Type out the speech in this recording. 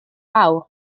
fawr